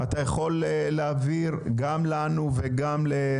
אתה יכול להעביר גם לנו וגם?